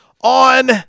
on